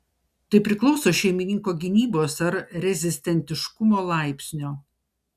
tai priklauso šeimininko gynybos ar rezistentiškumo laipsnio